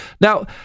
Now